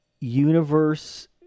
Universe